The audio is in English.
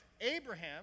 Abraham